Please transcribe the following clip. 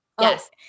Yes